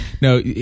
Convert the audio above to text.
No